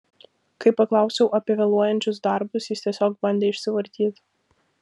kai paklausiau apie vėluojančius darbus jis tiesiog bandė išsivartyt